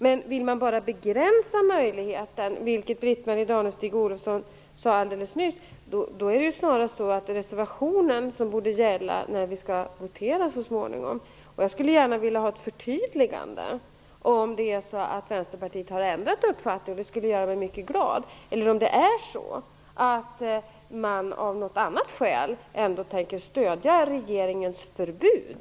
Men vill man bara begränsa möjligheten, vilket Britt-Marie Danestig-Olofsson sade alldeles nyss, är det snarast så att det är reservationen som borde gälla när vi skall votera så småningom. Jag skulle gärna vilja ha ett förtydligande. Om det är så att Vänsterpartiet har ändrat uppfattning skulle det göra mig mycket glad. Eller är det så att Vänsterpartiet ändå av något annat skäl tänker stödja regeringens förbud?